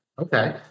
Okay